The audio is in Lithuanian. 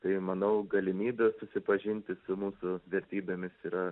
tai manau galimybių susipažinti su mūsų vertybėmis yra